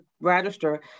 register